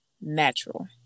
natural